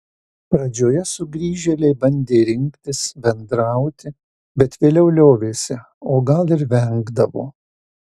pradžioje sugrįžėliai bandė rinktis bendrauti bet vėliau liovėsi o gal ir vengdavo